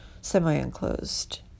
semi-enclosed